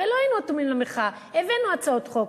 הרי אנחנו לא אטומים למחאה, הבאנו הצעות חוק,